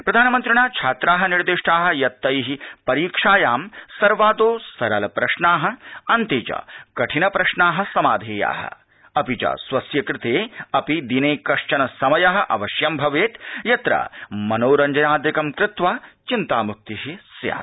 प्रधानमन्त्रिणा छात्राः निर्दिष्टाः यत् तैः परीक्षायां सर्वादौ सरल प्रश्नाः समाधेयाः अपि च स्वस्य कृते दिने कश्चन समयः अवश्यं भवेत् यत्र मनोरञ्जनादिकं कृत्वा चिन्तामुक्तिः स्यात्